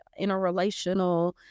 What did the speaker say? interrelational